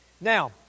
Now